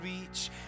reach